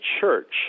church